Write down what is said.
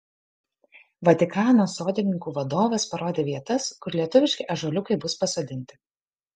vatikano sodininkų vadovas parodė vietas kur lietuviški ąžuoliukai bus pasodinti